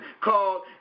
called